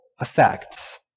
effects